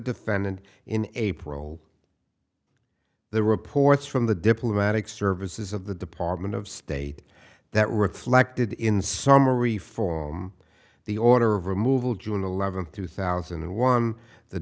defendant in a parole the reports from the diplomatic service is of the department of state that reflected in summary for the order of removal june eleventh two thousand and one the